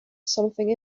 something